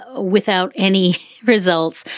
ah without any results.